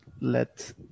let